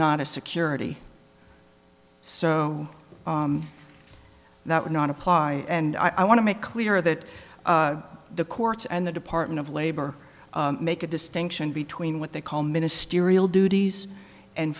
not a security so that would not apply and i want to make clear that the courts and the department of labor make a distinction between what they call ministerial duties and